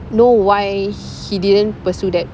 know why he didn't pursue that